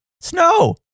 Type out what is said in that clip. snow